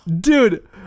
dude